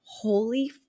Holy